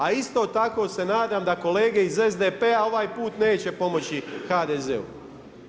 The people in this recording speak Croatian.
A isto tako se nadam da kolege iz SDP-a ovaj put neće pomoći HDZ-u.